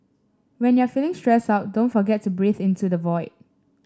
when you are feeling stressed out don't forget to breathe into the void